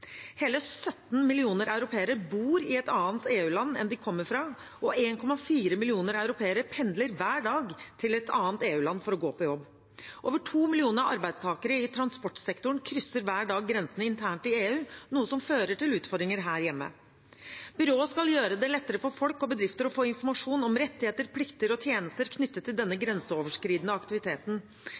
Hele 17 millioner europeere bor i et annet EU-land enn det de kommer fra, og 1,4 millioner europeere pendler hver dag til et annet EU-land for å gå på jobb. Over 2 millioner arbeidstakere i transportsektoren krysser hver dag grensene internt i EU, noe som fører til utfordringer her hjemme. Byrået skal gjøre det lettere for folk og bedrifter å få informasjon om rettigheter, plikter og tjenester knyttet til denne grenseoverskridende aktiviteten.